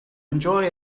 enjoy